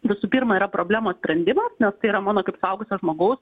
visų pirma yra problemos sprendimas nes tai yra mano kaip suaugusio žmogaus